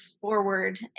forward